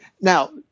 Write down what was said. now